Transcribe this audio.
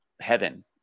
heaven